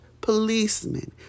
policemen